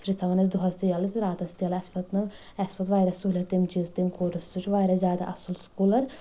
سُہ چھِ اسہِ تھاوان آز دوہَس تہِ یَلہٕ تہٕ راتَس تہِ یلہٕ اَسہِ چھ مطلب اَسہِ وٲژ واریاہ ٮسہوٗلیت تَمہِ چیٖز تَمہِ کوٗلرٕ سۭتۍ سُہ چھُ واریاہ زیادٕ اَصٕل سُہ کوٗلر